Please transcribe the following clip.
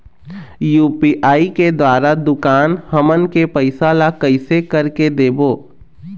UPI के द्वारा दुकान हमन के पैसा ला कैसे कर के देबो?